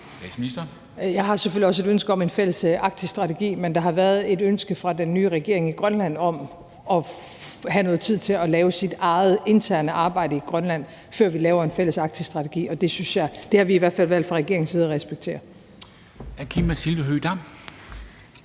Jeg har selvfølgelig også et ønske om en fælles arktisk strategi, men der har været ønske fra den nye regering i Grønland om at have noget tid til at lave sit eget interne arbejde i Grønland, før vi laver en fælles arktisk strategi, og det har vi i hvert fald valgt fra regeringens side at respektere.